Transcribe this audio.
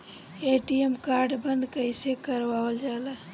ATM card बन्द कईसे करावल जाला?